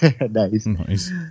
Nice